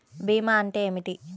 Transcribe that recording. భీమా అంటే ఏమిటి?